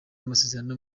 amasezerano